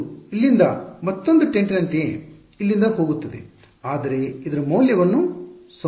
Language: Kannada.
ಇದು ಇಲ್ಲಿಂದ ಮತ್ತೊಂದು ಟೆಂಟ್ನಂತೆ ಇಲ್ಲಿಂದ ಹೋಗುತ್ತದೆ ಆದರೆ ಇದರ ಮೌಲ್ಯವನ್ನು ಸಂರಕ್ಷಿಸಲಾಗುವುದು